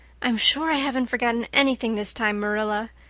i'm sure i haven't forgotten anything this time, marilla.